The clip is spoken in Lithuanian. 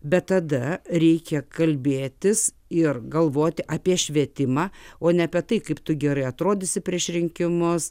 bet tada reikia kalbėtis ir galvoti apie švietimą o ne apie tai kaip tu gerai atrodysi prieš rinkimus